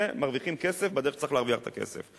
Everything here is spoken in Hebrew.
ומרוויחים כסף בדרך שצריך להרוויח את הכסף.